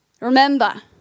Remember